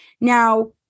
Now